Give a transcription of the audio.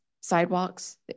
sidewalks